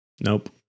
Nope